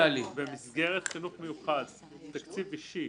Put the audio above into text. במסגרת חינוך מיוחד תקציב אישי